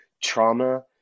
trauma